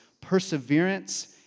perseverance